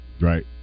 Right